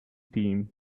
team